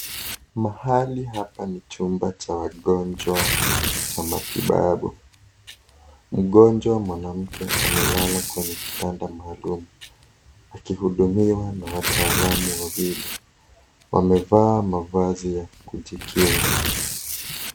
Mahali hapa ni chumba cha wagonjwa cha matibabu mgonjwa mwanamke amelala kwenye kitanda maalum, akihudumiwa na waatalamu wawili, wamevaa mavazi ya kujikinga.